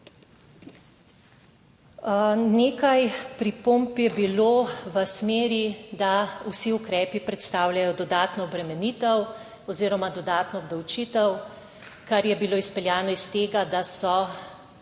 Nekaj pripomb je bilo v smeri, da vsi ukrepi predstavljajo dodatno obremenitev oziroma dodatno obdavčitev, kar je bilo izpeljano iz tega, da so